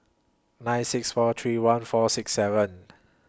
nine six four three one four six seven